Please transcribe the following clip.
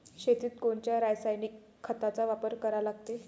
शेतीत कोनच्या रासायनिक खताचा वापर करा लागते?